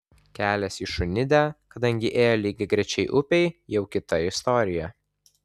kelias į šunidę kadangi ėjo lygiagrečiai upei jau kita istorija